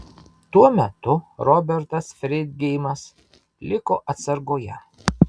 tuo metu robertas freidgeimas liko atsargoje